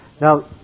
Now